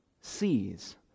sees